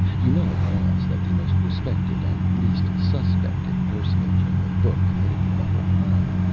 you know at once that the most respected and least sus pected personage in the book committed the awful crime,